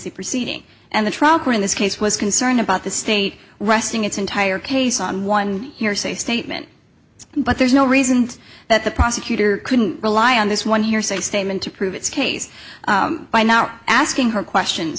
proceeding and the trial court in this case was concerned about the state resting its entire case on one hearsay statement but there's no reason that the prosecutor couldn't rely on this one hearsay statement to prove its case by now asking her questions